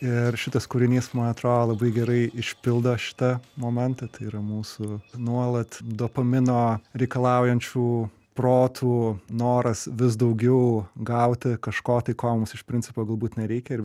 ir šitas kūrinys man atrodo labai gerai išpildo šitą momentą tai yra mūsų nuolat dopamino reikalaujančių protų noras vis daugiau gauti kažko tai ko mums iš principo galbūt nereikia ir